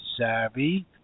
savvy